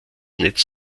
netz